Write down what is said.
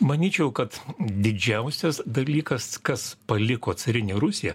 manyčiau kad didžiausias dalykas kas paliko carinę rusiją